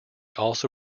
also